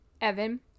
Evan